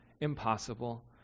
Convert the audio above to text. impossible